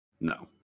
No